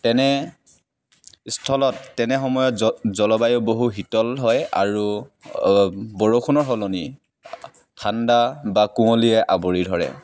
তেনে স্থলত তেনে সময়ত জ জলবায়ু বহু শীতল হয় আৰু বৰষুণৰ সলনি ঠাণ্ডা বা কুঁৱলীয়ে আৱৰি ধৰে